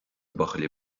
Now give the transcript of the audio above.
buachaillí